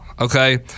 Okay